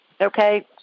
okay